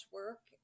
work